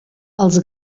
els